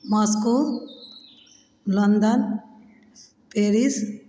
Moscow London Paris